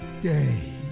day